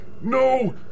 No